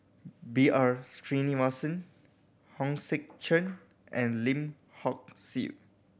B R Sreenivasan Hong Sek Chern and Lim Hock Siew